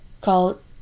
called